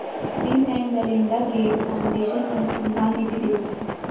bill and Melinda Gates foundation अनुसंधान निधि देती है